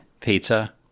Pizza